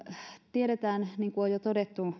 tiedetään niin kuin on jo todettu